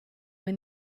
when